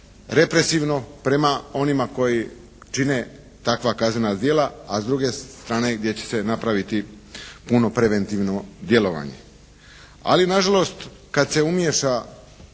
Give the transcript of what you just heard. represivno prema onima koji čine takva kaznena djela, a s druge strane gdje će se napraviti puno preventivno djelovanje. Ali na žalost kad se umiješa